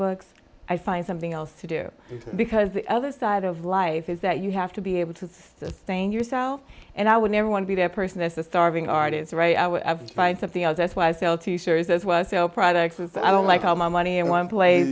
books i find something else to do because the other side of life is that you have to be able to sustain yourself and i would never want to be that person that's a starving artist right i would find something else that's why i felt this was so products of i don't like all my money in one place